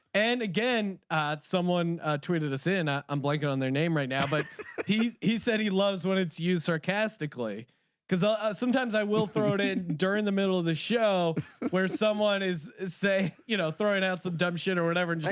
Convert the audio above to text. and again someone tweeted this in. ah i'm blanking on their name right now. but he he said he loves when it's used sarcastically because ah sometimes i will throw it in during the middle of the show where someone is is say you know throwing out some dumb shit or whatever. and yeah